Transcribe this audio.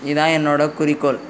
இதுதான் என்னோடய குறிக்கோள்